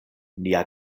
nia